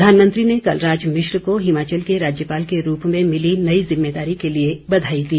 प्रधानमंत्री ने कलराज मिश्र को हिमाचल के राज्यपाल के रूप में मिली नई ज़िम्मेदारी के लिए बधाई दी